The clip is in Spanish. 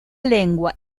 lengua